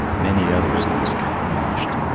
many others glooskap punished,